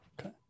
okay